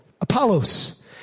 Apollos